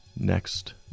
next